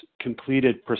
completed